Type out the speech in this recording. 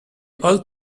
all